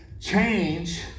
change